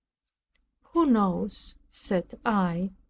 who knows, said i,